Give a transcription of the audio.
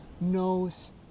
knows